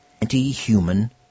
anti-human